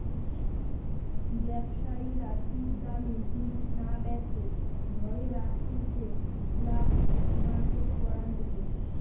ব্যবসায়ীরা ঠিক দামে জিনিস না বেচে ধরে রাখতিছে ব্ল্যাক মার্কেট করার লিগে